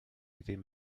ddim